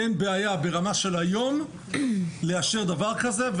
אין בעיה ברמה של היום לאשר דבר כזה.